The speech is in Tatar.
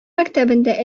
мәктәбендә